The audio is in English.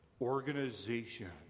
organization